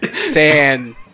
sand